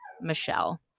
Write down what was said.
Michelle